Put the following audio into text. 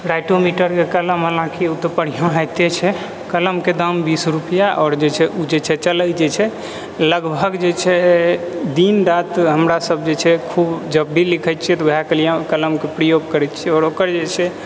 राइटोमीटरके कलम हलाँकि ओ तऽ बढिआँ होइते छै कलमके दाम बीस रुपिआ आउर जे छै चलल जे छै लगभग जे छै दिनराति हमरासभ जे छै खूब जब भी लिखै छियै तऽ वएह कलिआँ कलमके प्रयोग करै छियै आउर ओकर जे छै